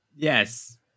Yes